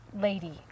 lady